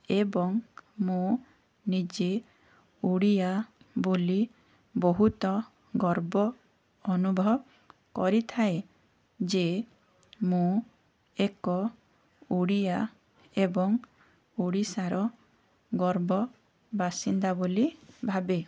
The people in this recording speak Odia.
ଏବଂ ମୁଁ ନିଜେ ଓଡ଼ିଆ ବୋଲି ବହୁତ ଗର୍ବ ଅନୁଭବ କରିଥାଏ ଯେ ମୁଁ ଏକ ଓଡ଼ିଆ ଏବଂ ଓଡ଼ିଶାର ଗର୍ବ ବାସିନ୍ଦା ବୋଲି ଭାବେ